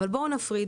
אבל בואו נפריד,